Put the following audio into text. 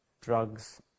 drugs